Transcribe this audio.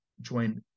join